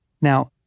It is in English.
Now